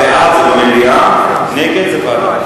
בעד זה מליאה ונגד זה ועדה.